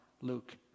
Luke